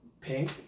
pink